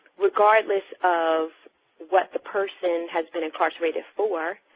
regardless of what the person has been incarcerated for,